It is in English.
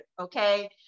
okay